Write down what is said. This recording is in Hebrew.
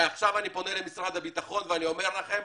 עכשיו אני פונה למשרד הביטחון ואני אומר לכם: